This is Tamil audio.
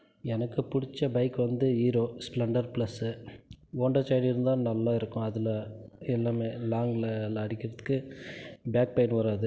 எனக்கு பிடிச்ச பைக் வந்து Hero Splendor plus Honda Shine இருந்தால் நல்லா இருக்கும் அதில் எல்லாமே லாங்கில் எல்லாம் அடிக்கிறத்துக்கு பேக் பெயின் வராது